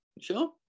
Sure